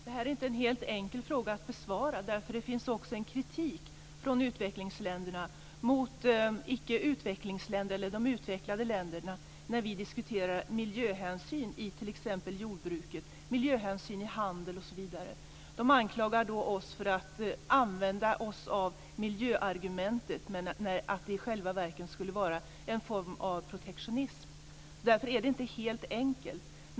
Herr talman! Det är inte en helt enkel fråga att besvara, därför att det finns också en kritik från utvecklingsländerna mot oss i de utvecklade länderna när vi diskuterar miljöhänsyn i t.ex. jordbruk, i handel osv. De anklagar oss för att använda oss av miljöargument när det i själva verket skulle vara en form av protektionism. Därför är det inte helt enkelt.